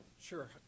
Sure